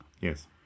Yes